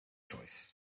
choice